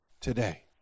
today